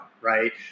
right